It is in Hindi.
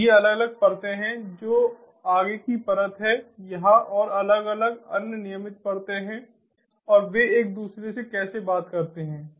और ये अलग अलग परतें हैं जो आगे की परत हैं यहां और अलग अलग अन्य नियमित परतें हैं और वे एक दूसरे से कैसे बात करते हैं